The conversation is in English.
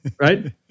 right